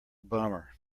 bummer